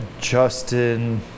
Justin